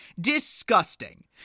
Disgusting